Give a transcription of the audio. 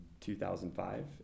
2005